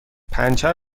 پنچر